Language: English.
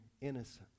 innocence